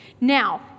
Now